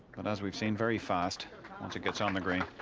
but as we've seen very fast once it gets on the green